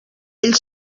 ell